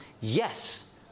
yes